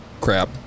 crap